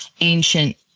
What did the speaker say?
ancient